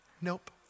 Nope